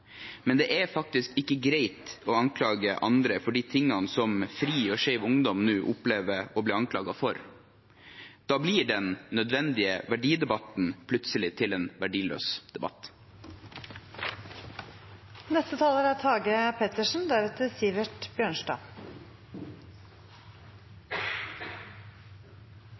men det er faktisk ikke greit å anklage andre for de tingene som FRI og Skeiv Ungdom nå opplever å bli anklaget for. Da blir den nødvendige verdidebatten plutselig til en verdiløs